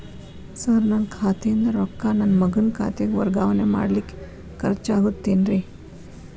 Sir ನನ್ನ ಖಾತೆಯಿಂದ ರೊಕ್ಕ ನನ್ನ ಮಗನ ಖಾತೆಗೆ ವರ್ಗಾವಣೆ ಮಾಡಲಿಕ್ಕೆ ಖರ್ಚ್ ಆಗುತ್ತೇನ್ರಿ?